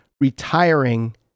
retiring